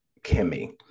Kimmy